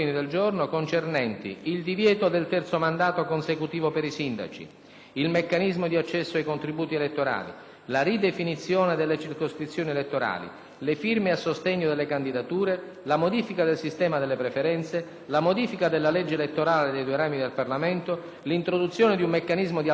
il meccanismo di accesso ai contributi elettorali, la ridefinizione delle circoscrizioni elettorali, le firme a sostegno delle candidature, la modifica del sistema delle preferenze, la modifica della legge elettorale dei due rami del Parlamento, l'introduzione di un meccanismo di alternanza delle candidature tra donne e uomini nella composizione delle liste, le minoranze linguistiche.